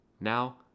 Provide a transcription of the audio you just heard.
Now